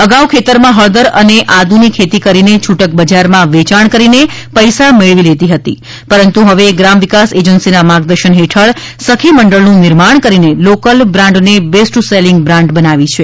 અગાઉ ખેતરમાં હળદર અને આદુનીખેતી કરીને છુટક બજારમાં વેચાણ કરીને પૈસા મેળવી લેતી હતી પરંતુ હવેગ્રામ વિકાસ એજન્સીના માર્ગદર્શન હેઠળ સખી મંડળનું નિર્માણ કરીને લોકલ બ્રાન્ડનેબેસ્ટ સેલિંગ બ્રાન્ડ બનાવી છે